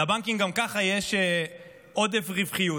לבנקים גם ככה יש עודף רווחיות.